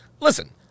Listen